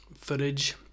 footage